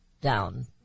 down